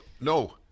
no